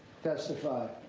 testify,